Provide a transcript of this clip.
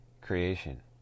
creation